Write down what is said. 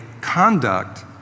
conduct